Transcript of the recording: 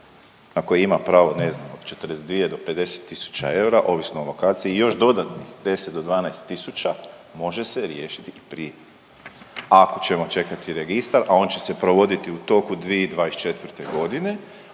koji ima pravo, ne znam, od 42 do 50 tisuća eura ovisno o lokaciji još dodatno 10 do 12 tisuća, može se riješiti prije. Ako ćemo čekati registar, a on će se provoditi u toku 2024. g.,